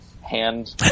hand